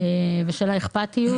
ושל האכפתיות,